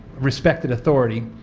respected authority,